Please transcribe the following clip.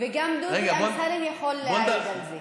וגם דודי אמסלם יכול להעיד על זה.